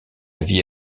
vie